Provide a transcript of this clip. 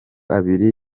abiri